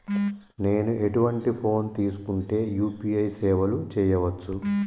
నేను ఎటువంటి ఫోన్ తీసుకుంటే యూ.పీ.ఐ సేవలు చేయవచ్చు?